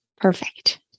Perfect